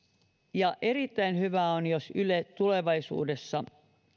ja erittäin hyvä on jos yle tulevaisuudessa